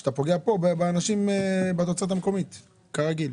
הבעיה שאתה פוגע פה בתוצרת המקומית, כרגיל.